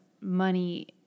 money